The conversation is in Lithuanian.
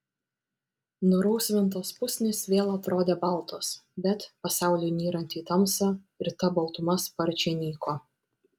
nurausvintos pusnys vėl atrodė baltos bet pasauliui nyrant į tamsą ir ta baltuma sparčiai nyko